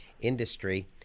industry